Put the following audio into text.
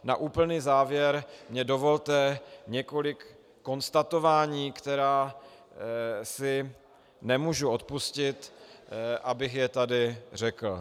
Na úplný závěr mi dovolte několik konstatování, která si nemůžu odpustit, abych je tady řekl.